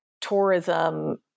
tourism